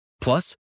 Plus